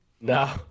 no